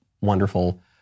wonderful